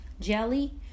jelly